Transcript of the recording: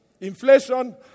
Inflation